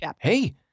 hey